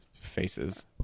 faces